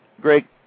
Greg